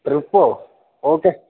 ട്രിപ്പോ okay